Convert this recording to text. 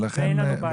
ואין לנו בעיה.